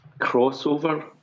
crossover